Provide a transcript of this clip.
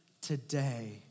today